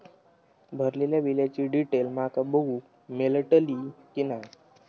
भरलेल्या बिलाची डिटेल माका बघूक मेलटली की नाय?